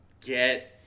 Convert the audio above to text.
get